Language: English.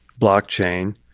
blockchain